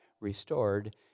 restored